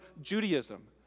Judaism